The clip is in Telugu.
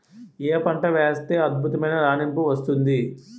ఏ పంట వేస్తే అద్భుతమైన రాణింపు వస్తుంది?